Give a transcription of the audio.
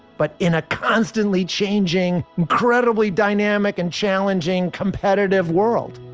but in a constantly changing, incredibly dynamic and challenging, competitive world.